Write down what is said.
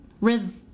Rhythm